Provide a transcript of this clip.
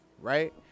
right